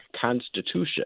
Constitution